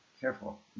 careful